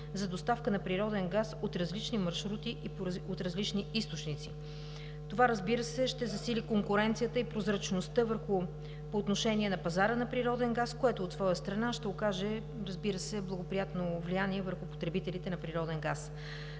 за доставка на природен газ от различни маршрути и от различни източници. Това, разбира се, ще засили конкуренцията и прозрачността по отношение на пазара на природен газ, което от своя страна ще окаже, разбира се, благоприятно влияние върху потребителите на природен газ.